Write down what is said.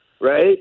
Right